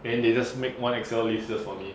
then they just make one excel lists for me